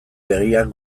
begiak